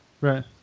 Right